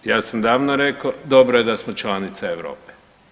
Ja sam davno rekao dobro je da smo članica Europe.